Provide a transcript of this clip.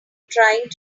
trying